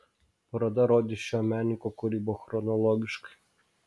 paroda rodys šio menininko kūrybą chronologiškai